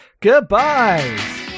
goodbye